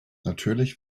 natürlich